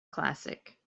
classic